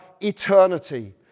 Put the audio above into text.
eternity